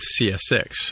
CS6